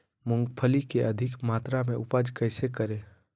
मूंगफली के अधिक मात्रा मे उपज कैसे करें?